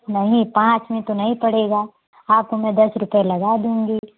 नहीं पाँच में तो नहीं पड़ेगा आपको मैं दस रुपये लगा दूँगी